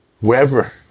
Wherever